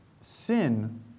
Sin